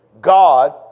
God